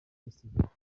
festival